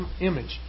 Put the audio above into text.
image